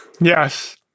Yes